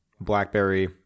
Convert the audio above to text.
BlackBerry